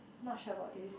not sure about this